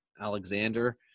Alexander